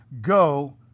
go